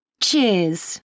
Cheers